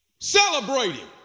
Celebrating